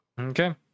Okay